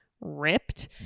ripped